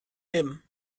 him